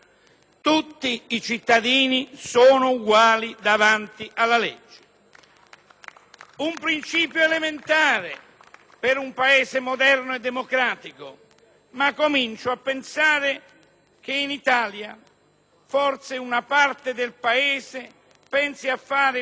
un principio elementare per un Paese moderno e democratico, ma comincio a pensare che in Italia una parte del Paese forse si occupa di fare giustizia per la casta dei politici, per i banchieri,